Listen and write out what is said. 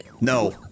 No